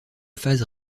phase